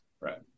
Right